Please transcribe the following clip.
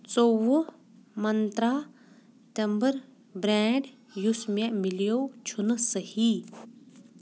ژوٚوُہ مَنترٛا تٮ۪مبٕر برٛینٛڈ یُس مےٚ میلیو چھُنہٕ صحیح